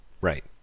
Right